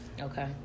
Okay